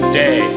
day